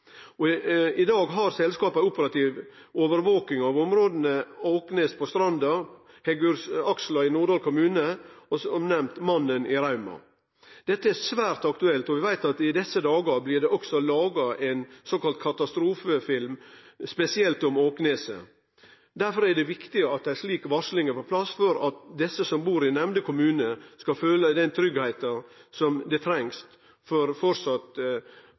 og i tillegg av Møre og Romsdal fylkeskommune. I dag har selskapet operativ overvaking av områda Åknes i Stranda kommune, Hegguraksla i Norddal kommune og – som nemnd – Mannen i Rauma kommune. Dette er svært aktuelt, og vi veit at det i desse dagar også blir laga ein såkalla katastrofefilm spesielt om Åknes. Derfor er det viktig at ei slik varsling er på plass, slik at dei som bur i den nemnde kommunen, skal føle den tryggleiken dei treng for